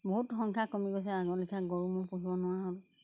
বহুত সংখ্যা কমি গৈছে আগৰ লেখিয়া গৰু ম'হ পুহিব নোৱাৰা হ'ল